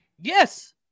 Yes